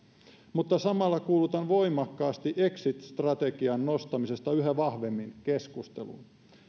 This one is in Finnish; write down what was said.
mutta samalla kuulutan voimakkaasti exit strategian nostamista yhä vahvemmin keskusteluun